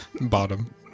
bottom